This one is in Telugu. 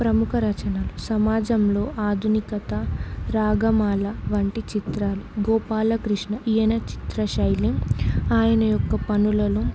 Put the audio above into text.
ప్రముఖ రచనలు సమాజంలో ఆధునికత రాగమాల వంటి చిత్రాలు గోపాలకృష్ణ ఈయన చిత్ర శైలి ఆయన యొక్క పనులలో